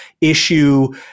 issue